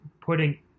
putting